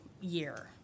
year